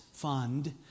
Fund